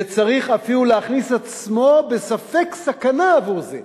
"דצריך אפילו להכניס עצמו בספק סכנה" עבור זה.